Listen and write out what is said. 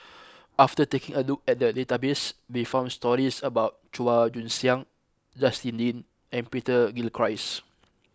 after taking a look at the database we found stories about Chua Joon Siang Justin Lean and Peter Gilchrist